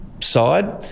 Side